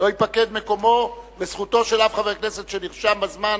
לא ייפקדו מקומו וזכותו של אף חבר כנסת שנרשם בזמן.